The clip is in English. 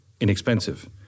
inexpensive